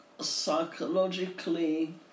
psychologically